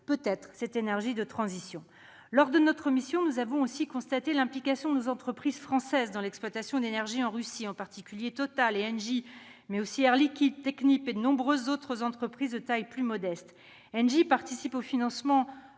peut être cette énergie de transition. Lors de notre mission, nous avons aussi constaté l'implication de nos entreprises françaises dans l'exploitation d'énergie en Russie, en particulier Total et Engie, mais aussi Air Liquide, Technip et de nombreuses autres entreprises de taille plus modeste. Engie participe au financement